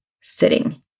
sitting